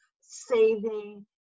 saving